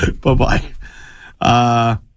Bye-bye